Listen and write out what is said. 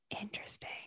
interesting